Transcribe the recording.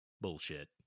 Bullshit